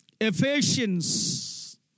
Ephesians